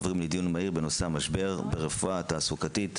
עוברים לדיון מהיר בנושא "המשבר ברפואה התעסוקתית